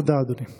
תודה, אדוני.